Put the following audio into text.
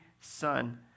Son